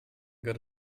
got